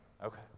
Okay